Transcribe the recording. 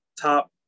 top